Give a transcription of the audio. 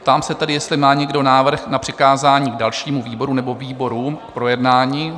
Ptám se tedy, jestli má někdo návrh na přikázání dalšímu výboru nebo výborům k projednání?